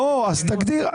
אז תגדיר.